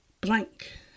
blank